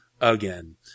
again